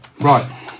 Right